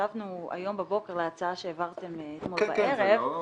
ישבנו היום בבוקר על ההצעה שהעברתם אתמול בערב,